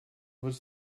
was